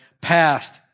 passed